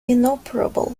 inoperable